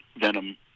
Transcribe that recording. Venom